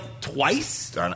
twice